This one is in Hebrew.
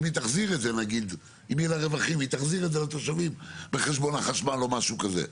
אם יהיו לה רווחים היא תחזיר את זה לתושבים בחשבון החשמל או משהו כזה.